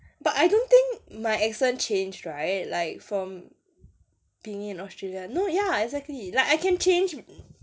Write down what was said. but I don't think my accent change right like from being in australia no ya exactly like I can change